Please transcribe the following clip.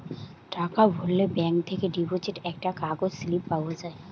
টাকা ভরলে ব্যাঙ্ক থেকে ডিপোজিট একটা কাগজ স্লিপ পাওয়া যায়